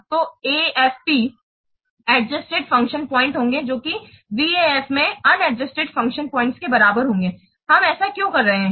तो AFP adjusted function points होंगे जो कि VAF में अनएडोज्ड फंक्शन पॉइंट्स के बराबर होंगे हम ऐसा क्यों कर रहे हैं